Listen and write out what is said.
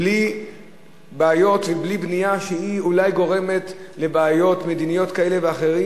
בלי בעיות ובלי בנייה שאולי גורמת לבעיות מדיניות כאלה ואחרות,